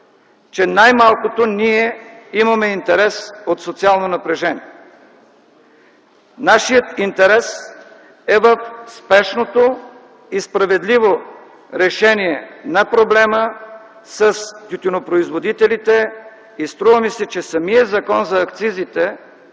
че най-малкото ние имаме интерес от социално напрежение. Нашият интерес е в спешното и справедливо решение на проблема с тютюнопроизводителите. Струва ми се, че самият Закон за акцизите